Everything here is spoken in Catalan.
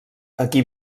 aquí